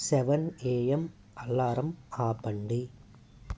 seven AM alarm ఆపండి